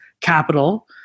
capital